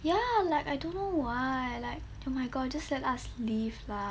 ya like I don't know why I like to my god just let us live lah